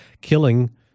killing